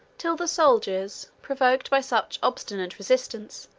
till the soldiers, provoked by such obstinate resistance,